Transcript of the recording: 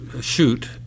shoot